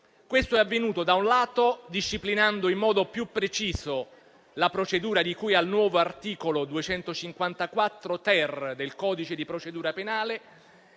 Questo è avvenuto da un lato disciplinando in modo più preciso la procedura di cui al nuovo articolo 254-*ter* del codice di procedura penale